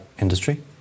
industry